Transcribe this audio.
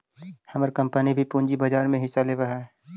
हमर कंपनी भी पूंजी बाजार में हिस्सा लेवअ हई